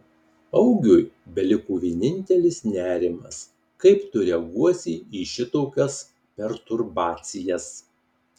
augiui beliko vienintelis nerimas kaip tu reaguosi į šitokias perturbacijas